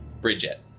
Bridget